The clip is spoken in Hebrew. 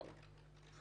הצבעה בעד,